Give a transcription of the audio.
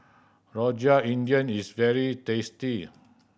Rojak India is very tasty